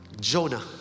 jonah